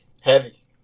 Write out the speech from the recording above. Heavy